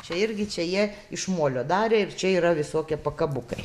čia irgi čia jie iš molio darė ir čia yra visokie pakabukai